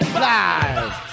live